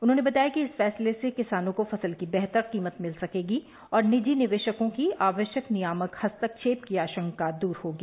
उन्होंने बताया कि इस फैंसले से किसानों को फसल की बेहतर कीमत मिल सकेगी और निजी निवेशकों की अनावश्यक नियामक हस्तक्षेप की आशंका दूर होगी